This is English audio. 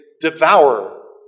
devour